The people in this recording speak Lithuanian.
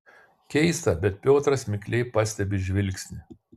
keista bet piotras mikliai pastebi žvilgsnį